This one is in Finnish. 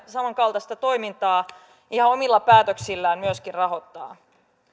samankaltaista toimintaa ihan omilla päätöksillään myöskin rahoittaa